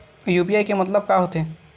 UPI के मतलब का होथे?